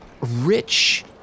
rich